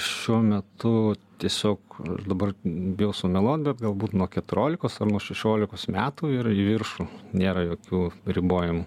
šiuo metu tiesiog dabar bijau sumeluot bet galbūt nuo keturiolikos ar nuo šešiolikos metų ir į viršų nėra jokių ribojimų